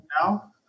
now